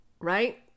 right